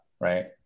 right